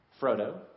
Frodo